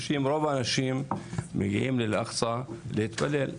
רוב האנשים מגיעים לאל אקצה להתפלל,